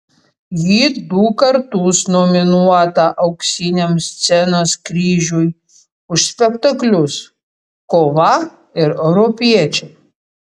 ji du kartus nominuota auksiniam scenos kryžiui už spektaklius kova ir europiečiai